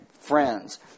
friends